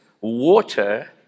water